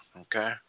Okay